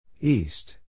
East